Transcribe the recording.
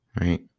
right